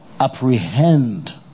apprehend